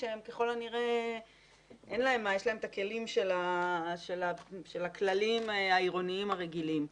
שככל הנראה יש להם את הכלים הכלליים העירוניים הרגילים.